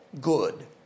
good